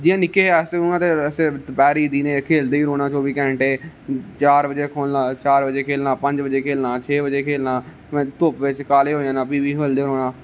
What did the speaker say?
जि'यां निक्के अस दपैह्री दिने खेलदे गै रौह्ना चौह्बी घैंटे चार बजे खेलना पंज बजे खेलना छे बजे खेलना धुप्पै च काले होई जाना फ्ही बी खेलना